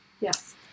Yes